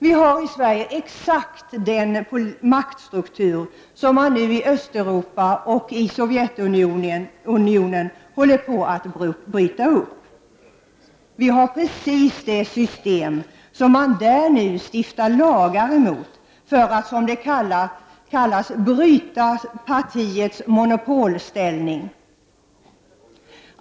Vi har i Sverige exakt den maktstruktur som man nu i Östeuropa och i Sovjetunionen håller på att bryta upp. Vi har precis det system som man där nu stiftar lagar emot för att, som det kallas, bryta partiets monopolställning.